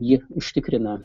ji užtikrina